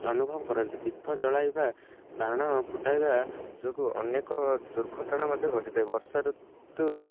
ଅନୁଭବ କରନ୍ତି ଦୀପ ଜଳାଇବା ବାଣ ଫୁଟାଇବା ଯୋଗୁଁ ଅନେକ ଦୁର୍ଘଟଣା ମଧ୍ୟ ଘଟିଥାଏ ବର୍ଷା ଋତୁ